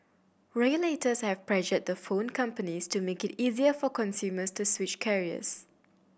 regulators have pressured the phone companies to make it easier for consumers to switch carriers